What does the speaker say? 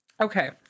Okay